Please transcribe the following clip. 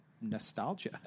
nostalgia